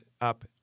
up